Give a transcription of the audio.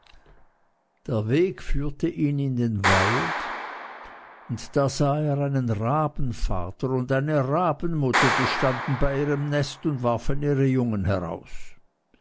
der weg führte ihn in einen wald und da sah er einen rabenvater und eine rabenmutter die standen bei ihrem nest und warfen ihre jungen heraus